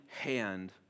hand